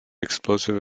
explosive